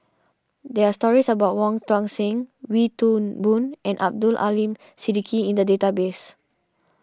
there are stories about Wong Tuang Seng Wee Toon Boon and Abdul Aleem Siddique in the database